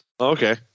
Okay